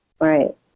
Right